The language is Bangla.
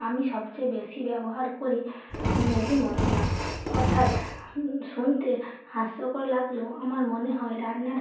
আমি সবচেয়ে বেশি ব্যবহার করি ম্যাগি মশলা অর্থাৎ শুনতে হাস্যকর লাগলেও আমার মনে হয় রান্নার